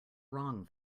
wrong